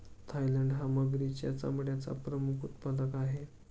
Thailand हा मगरीच्या चामड्याचा प्रमुख उत्पादक आहे